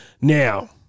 Now